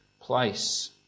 place